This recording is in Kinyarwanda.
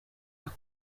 ako